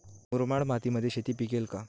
मुरमाड मातीत शेती पिकेल का?